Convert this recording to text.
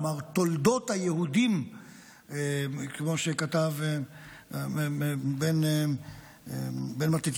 כלומר תולדות היהודים כמו שכתב בן מתתיהו,